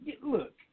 look